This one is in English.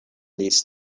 these